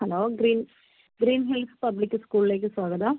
hello green green leaf public സ്കൂളിലേക്ക് സ്വാഗതം